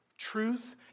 Truth